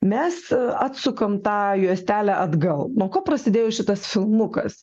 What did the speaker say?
mes atsukam tą juostelę atgal nuo ko prasidėjo šitas filmukas